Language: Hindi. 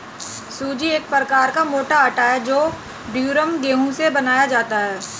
सूजी एक प्रकार का मोटा आटा है जो ड्यूरम गेहूं से बनाया जाता है